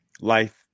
life